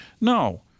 No